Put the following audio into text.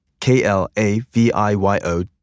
K-L-A-V-I-Y-O